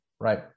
right